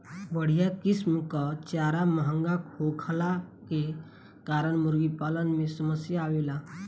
बढ़िया किसिम कअ चारा महंगा होखला के कारण मुर्गीपालन में समस्या आवेला